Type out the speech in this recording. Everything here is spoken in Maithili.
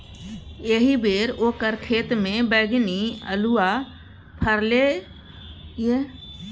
एहिबेर ओकर खेतमे बैगनी अल्हुआ फरलै ये